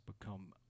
become